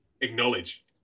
acknowledge